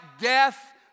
death